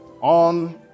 on